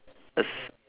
a s~